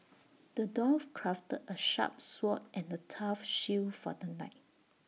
the dwarf crafted A sharp sword and A tough shield for the knight